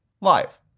live